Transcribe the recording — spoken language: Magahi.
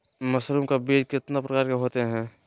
मशरूम का बीज कितने प्रकार के होते है?